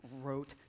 wrote